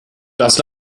das